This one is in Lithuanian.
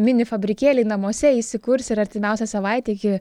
mini fabrikėliai namuose įsikurs ir artimiausią savaitę iki